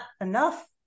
enough